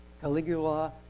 Caligula